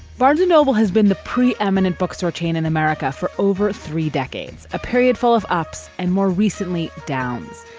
barnes and noble has been the pre-eminent bookstore chain in america for over three decades. a period full of ups and more recently, downs.